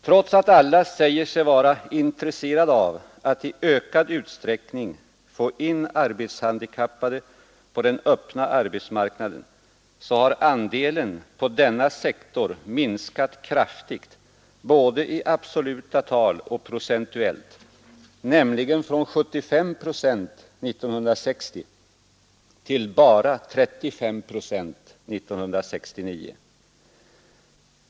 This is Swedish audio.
Trots att alla säger sig vara intresserade av att i ökad utsträckning få in arbetshandikappade på den öppna marknaden, så har andelen på denna sektor minskat kraftigt både i absoluta tal och procentuellt, nämligen från 75 procent år 1960 till bara 35 procent år 1969.